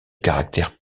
caractère